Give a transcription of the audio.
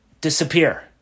disappear